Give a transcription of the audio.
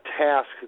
task